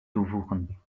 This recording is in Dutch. toevoegen